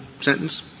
sentence